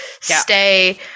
stay